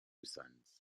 sons